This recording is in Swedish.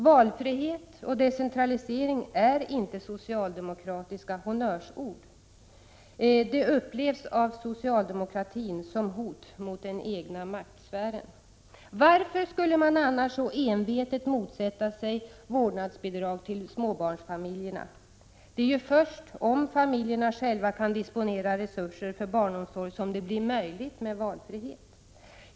Valfrihet och decentralisering är inte socialdemokratiska honnörsord, utan de upplevs av socialdemokratin som hot mot den egna maktsfären. Varför skulle man annars så envetet motsätta sig vårdnadsbidrag till småbarnsfamiljerna? Det är ju först om familjerna själva kan disponera resurser för barnomsorg som det blir möjligt med valfrihet.